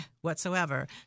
whatsoever